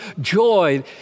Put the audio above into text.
joy